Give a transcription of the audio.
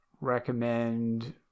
recommend